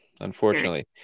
unfortunately